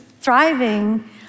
thriving